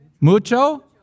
Mucho